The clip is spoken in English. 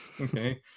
Okay